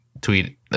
tweet